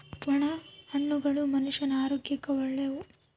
ಒಣ ಹಣ್ಣುಗಳು ಮನುಷ್ಯನ ಆರೋಗ್ಯಕ್ಕ ಒಳ್ಳೆವು